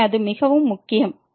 எனவே அது மிகவும் முக்கியம்